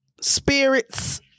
Spirits